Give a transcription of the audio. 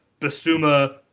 Basuma